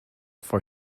for